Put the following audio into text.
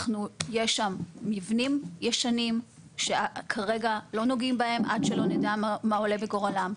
יש שם מבנים ישנים שכרגע לא נוגעים בהם עד שלא נדע מה עולה בגורלם,